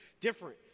Different